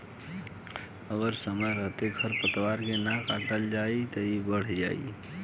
अगर समय रहते खर पातवार के ना काटल जाइ त इ बढ़ जाइ